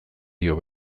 dio